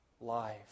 life